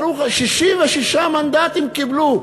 ברוך השם, 66 מנדטים קיבלו.